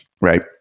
right